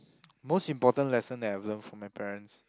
most important lesson that I have learnt from my parents